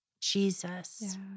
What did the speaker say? Jesus